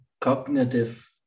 cognitive